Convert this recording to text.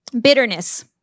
Bitterness